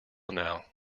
now